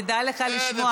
כדאי לך לשמוע,